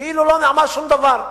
כאילו לא נאמר שום דבר.